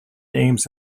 aims